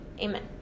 Amen